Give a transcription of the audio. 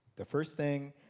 the first thing,